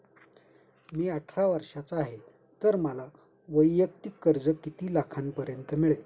मी अठरा वर्षांचा आहे तर मला वैयक्तिक कर्ज किती लाखांपर्यंत मिळेल?